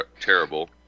terrible